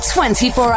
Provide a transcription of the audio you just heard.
24